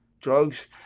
drugs